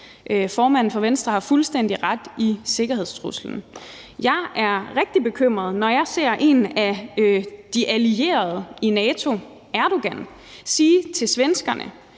formanden for Venstre har fuldstændig ret i sikkerhedstruslen. Jeg bliver rigtig bekymret, når jeg ser en af de allierede i NATO, Erdogan, sige til svenskerne,